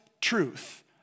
truth